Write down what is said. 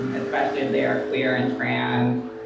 and especially if they are queer and trans.